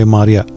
Maria